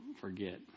forget